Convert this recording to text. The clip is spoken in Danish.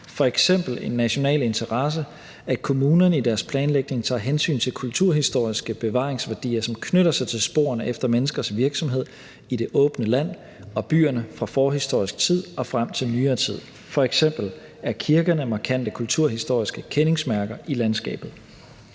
det en national interesse, at kommunerne i deres planlægning tager hensyn til kulturhistoriske bevaringsværdier, som knytter sig til sporene efter menneskers virksomhed i det åbne land og byerne fra forhistorisk tid og frem til nyere tid, f.eks. er kirkerne markante kulturhistoriske kendingsmærker i landskabet.